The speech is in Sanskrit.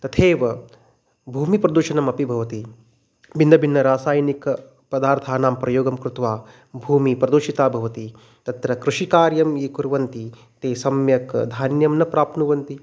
तथैव भूमिप्रदूषणमपि भवति भिन्नभिन्नरासायनिकपदार्थानां प्रयोगं कृत्वा भूमिः प्रदूषिता भवति तत्र कृषिकार्यं ये कुर्वन्ति ते सम्यक् धान्यं न प्राप्नुवन्ति